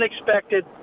unexpected